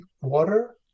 water